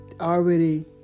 already